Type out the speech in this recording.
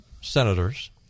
senators